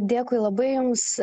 dėkui labai jums